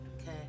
Okay